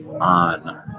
on